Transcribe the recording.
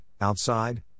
outside